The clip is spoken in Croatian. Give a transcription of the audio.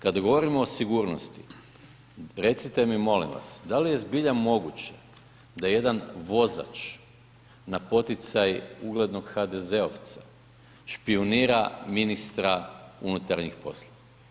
Kada govorimo o sigurnosti, recite mi molim vas da li je zbilja moguće da jedan vozač na poticaj uglednog HDZ-ovca špijunira ministra unutarnjih poslova?